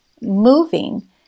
moving